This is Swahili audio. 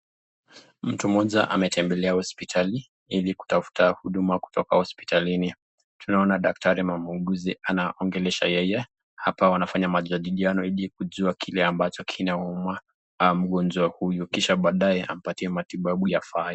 Mtu mmoja ametembelea hospitali ili kutafuta huduma kutoka hospitalini. Tunaona daktari na muuguzi anaongelesha yeye hapa wanafanya majadiliano ili kile ambacho kinauma mgonjwa huyu kisha baadaye anampatia matibabu yafaayo.